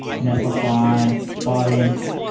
netlify, spotinst.